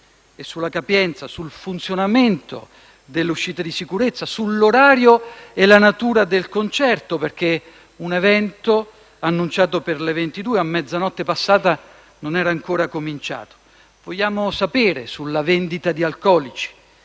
sulla capienza, sul funzionamento dell'uscita di sicurezza, sull'orario e sulla natura del concerto, perché un evento, annunciato per le 22, a mezzanotte passata non era ancora cominciato. Vogliamo avere chiarimenti sulla vendita di alcolici.